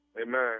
Amen